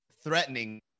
threatening